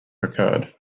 occurred